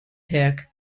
pick